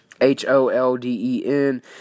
H-O-L-D-E-N